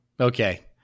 Okay